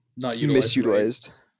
Misutilized